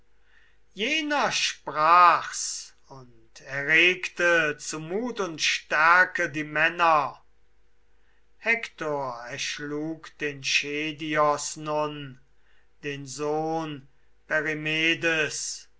jener sprach's und erregte zu mut und stärke die männer allen nunmehr von den